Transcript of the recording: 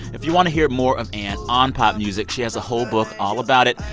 if you want to hear more of ann on pop music, she has a whole book all about it.